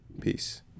Peace